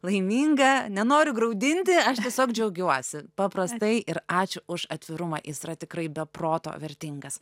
laiminga nenoriu graudinti aš tiesiog džiaugiuosi paprastai ir ačiū už atvirumą jis yra tikrai be proto vertingas